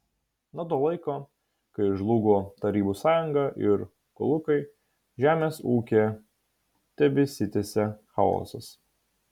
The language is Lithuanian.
nuo to laiko kai žlugo tarybų sąjunga ir kolūkiai žemės ūkyje tebesitęsia chaosas